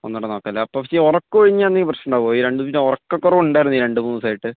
ഒന്നുകൂടെ നോക്കാം അല്ലേ അപ്പോൾ ഈ ഉറക്കം ഒഴിഞ്ഞാൽ എന്തെങ്കിലും പ്രശ്നം ഉണ്ടോ ഈ രണ്ട് ഉറക്കക്കുറവുണ്ടായിരുന്നു ഈ രണ്ടൂമൂന്ന് ദിവസമായിട്ട്